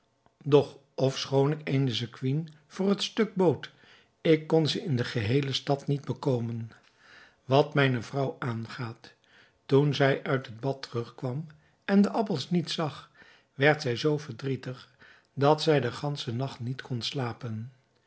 doch ofschoon ik eene sequin voor het stuk bood ik kon ze in de geheele stad niet bekomen wat mijne vrouw aangaat toen zij uit het bad terugkwam en de appels niet zag werd zij zoo verdrietig dat zij den ganschen nacht niet kon slapen